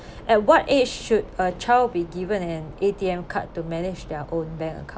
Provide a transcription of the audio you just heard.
at what age should a child be given an A_T_M card to manage their own bank account